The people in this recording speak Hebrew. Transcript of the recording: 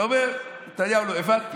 אתה אומר: נתניהו לא, הבנתי.